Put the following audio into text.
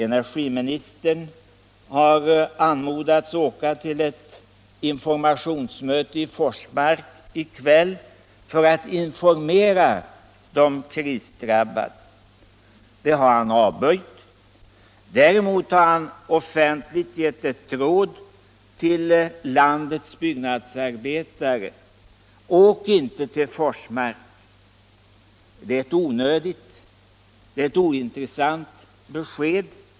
Energiministern har anmodats att åka till ett möte i Forsmark i kväll för att informera de krisdrabbade. Det har han avböjt. Däremot har han offentligt givit ett råd till landets byggnadsarbetare: Åk inte till Forsmark! Det är ett onödigt och ointressant besked.